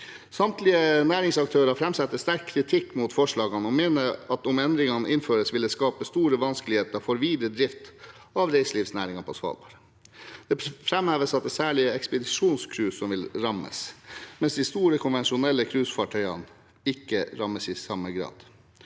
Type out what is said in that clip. Samtlige næringsaktører framsetter sterk kritikk mot forslagene og mener at om endringene innføres, vil det skape store vanskeligheter for videre drift av reiselivsnæringen på Svalbard. Det framheves at det er særlig ekspedisjonscruise som vil rammes, mens de store, konvensjonelle cruisefartøyene ikke rammes i samme grad.